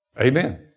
Amen